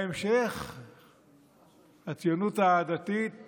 בהמשך הציונות הדתית